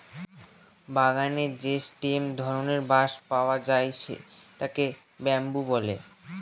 বাগানে যে স্টেম ধরনের বাঁশ পাওয়া যায় সেটাকে বাম্বু বলে